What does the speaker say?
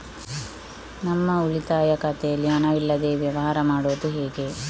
ನಮ್ಮ ಉಳಿತಾಯ ಖಾತೆಯಲ್ಲಿ ಹಣವಿಲ್ಲದೇ ವ್ಯವಹಾರ ಮಾಡುವುದು ಹೇಗೆ?